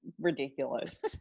ridiculous